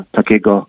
takiego